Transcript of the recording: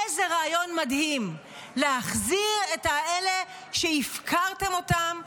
איזה רעיון מדהים, להחזיר את אלה שהפקרתם אותם,